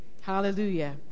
Hallelujah